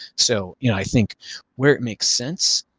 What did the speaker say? so you know i think where it makes sense,